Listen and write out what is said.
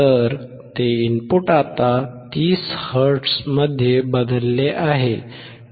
तर ते इनपुट आता 30 हर्ट्झमध्ये बदलले आहे